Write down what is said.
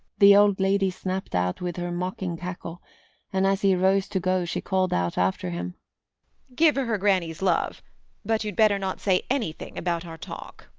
the old lady snapped out with her mocking cackle and as he rose to go she called out after him give her her granny's love but you'd better not say anything about our talk.